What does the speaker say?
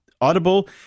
Audible